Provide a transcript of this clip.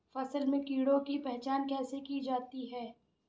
फसल में कीड़ों की पहचान कैसे की जाती है?